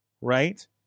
right